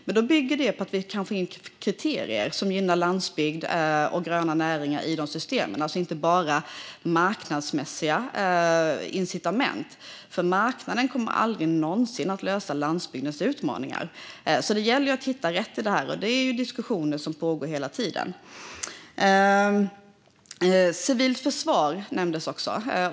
Men då bygger det på att vi kan få in kriterier som gynnar landsbygd och gröna näringar i de systemen, inte bara marknadsmässiga incitament, för marknaden kommer aldrig någonsin att lösa landsbygdens utmaningar. Det gäller att hitta rätt i det här, och det är diskussioner som pågår hela tiden. Civilt försvar nämndes också.